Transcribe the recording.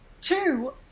Two